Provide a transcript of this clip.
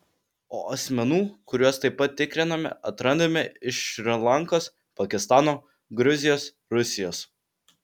o asmenų kuriuos taip pat tikriname atrandame iš šri lankos pakistano gruzijos rusijos